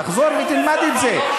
תחזור ותלמד את זה.